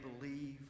believe